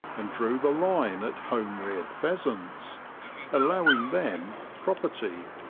and drew the line at home-reared pheasants allowing them property.